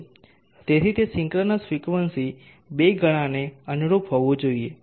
તેથી તે synchronous frequency બે ગણાને અનુરૂપ હોવું જોઈએ